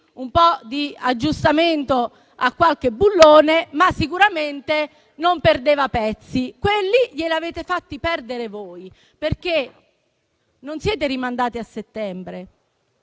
un'aggiustata a qualche bullone, ma sicuramente non perdeva pezzi. Quelli glieli avete fatti perdere voi, perché non siete rimandati a settembre,